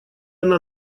она